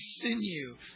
sinew